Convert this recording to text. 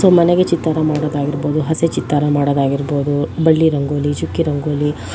so ಮನೆಗೆ ಚಿತ್ತಾರ ಮಾಡೋದಾಗಿರ್ಬೋದು ಹಸಿ ಚಿತ್ತಾರ ಮಾಡೋದಾಗಿರ್ಬೋದು ಬಳ್ಳಿ ರಂಗೋಲಿ ಚುಕ್ಕಿ ರಂಗೋಲಿ